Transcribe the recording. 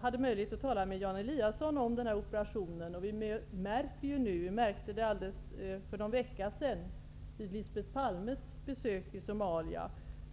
hade jag möjlighet att tala med Jan Eliasson om den operationen. Kombinationen av riskfaktorer och osäkerheten i operationen som sådan gjorde att vi valde att gå den humanitära vägen i Somalia.